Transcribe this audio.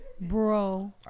Bro